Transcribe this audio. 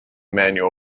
manual